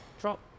drop